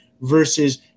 versus